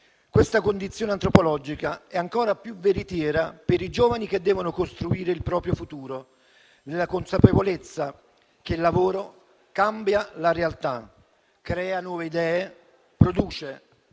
questa condizione antropologica è ancora più veritiera per i giovani che devono costruire il proprio futuro, nella consapevolezza che il lavoro cambia la realtà, crea nuove idee, produce,